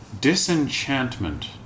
disenchantment